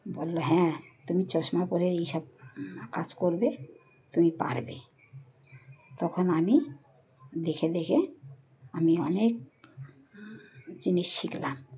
বললো হ্যাঁ তুমি চশমা পরে এই সব কাজ করবে তুমি পারবে তখন আমি দেখে দেখে আমি অনেক জিনিস শিখলাম